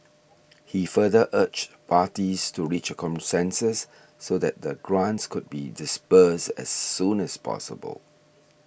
he further urged parties to reach consensus so that the grants could be disbursed as soon as possible